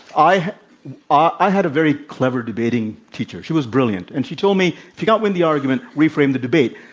i i had a very clever debating teacher. she was brilliant. and she told me, if you don't win the argument, reframe the debate.